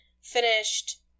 finished